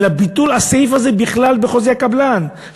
אלא ביטול הסעיף הזה בכלל בחוזה הקבלן,